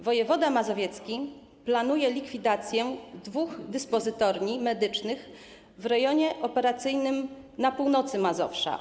Wojewoda mazowiecki planuje likwidację dwóch dyspozytorni medycznych w rejonie operacyjnym na północy Mazowsza.